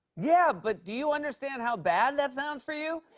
yeah, but do you understand how bad that sounds for you?